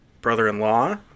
brother-in-law